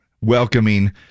welcoming